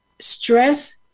Stress